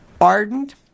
ardent